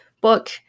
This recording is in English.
book